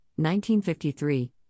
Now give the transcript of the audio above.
1953